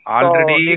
Already